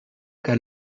cas